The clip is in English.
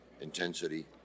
intensity